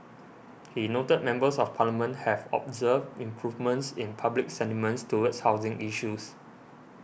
he noted that Members of Parliament have observed improvements in public sentiments towards housing issues